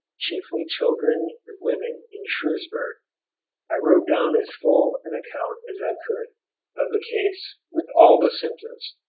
chiefly children and women in shrewsbury i wrote down as full an account as i could of the case with all the symptoms,